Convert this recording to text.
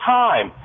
time